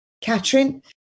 Catherine